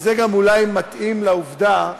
וזה גם אולי מתאים לעובדה